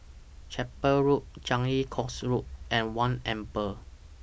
Chapel Road Changi Coast Road and one Amber